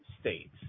states